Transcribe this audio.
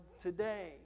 today